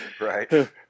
right